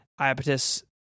Iapetus